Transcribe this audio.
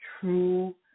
true